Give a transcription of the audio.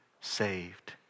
saved